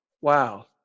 wow